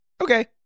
Okay